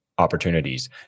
opportunities